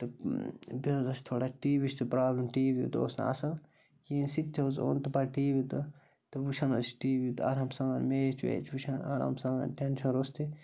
تہٕ بیٚیہِ حظ ٲس تھوڑا ٹی وی یِچ تہِ پرٛابلِم ٹی وی تہٕ اوس نہٕ اَصٕل کِہیٖنۍ سُہ تہِ حظ اوٚن تہٕ پَتہٕ ٹی وی تہٕ تہٕ وٕچھان ٲسۍ ٹی وی آرام سان میچ ویچ وٕچھان آرام سان ٹٮ۪نشَن روٚستُے